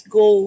go